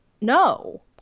no